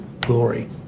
glory